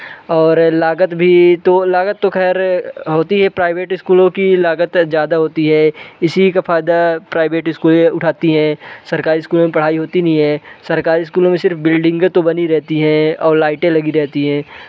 और लागत भी तो लागत तो खैर होती है प्राइवेट स्कूलों की लागत ज़्यादा होती है इसी का फायदा प्राइवेट स्कूल उठाती हैं सरकारी स्कूलों में पढ़ाई होती नहीं है सरकारी स्कूलो में सिर्फ बिल्डिंग तो बनी रहती हैं और लाइटें लगी रहती हैं